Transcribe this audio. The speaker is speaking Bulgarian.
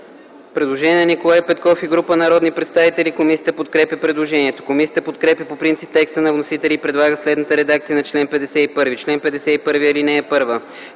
Предложение на Николай Петков и група народни представители. Комисията подкрепя предложението. Комисията подкрепя по принцип текста на вносителя и предлага следната редакция на чл. 51: “Чл. 51. (1)